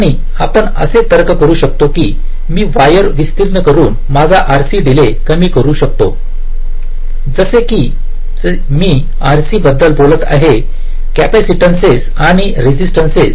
आणि आपण असा तर्क करू शकता की मी वायर विस्तीर्ण करून माझा RC डीले कमी करू शकतोजसे मी आरसी बद्दल बोलत आहे कॅपॅसितन्स आणि रेजिस्टन्स